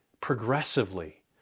progressively